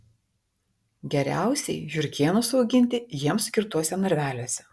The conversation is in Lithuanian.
geriausiai žiurkėnus auginti jiems skirtuose narveliuose